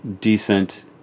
decent